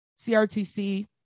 CRTC